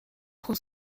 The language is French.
prend